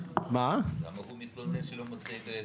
אז למה הוא מתלונן שהוא לא מוצא פסיכולוגים?